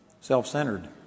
Self-centered